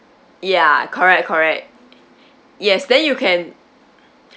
ya correct correct yes then you can